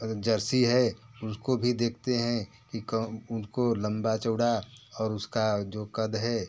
अगर जर्सी है उसको भी देखते हैं कि कौन उनको लंबा चौड़ा और उसका जो कद है